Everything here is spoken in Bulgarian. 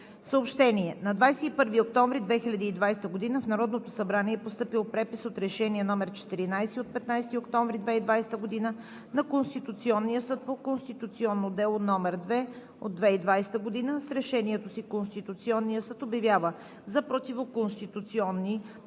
Съобщение: На 21 октомври 2020 г. в Народното събрание е постъпил препис от Решение № 14 от 15 октомври 2020 г. на Конституционния съд по конституционно дело № 2 от 2020 г. С решението си Конституционният съд обявява за противоконституционни разпоредбите